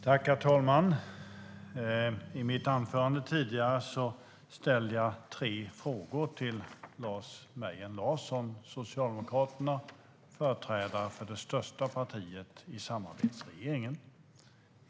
Herr talman! I mitt anförande ställde jag tre frågor till Lars Mejern Larsson, Socialdemokraterna, som alltså är företrädare för det största partiet i samarbetsregeringen.